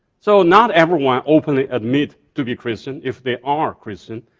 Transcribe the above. so not everyone openly admit to be christian if they are christian.